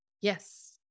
Yes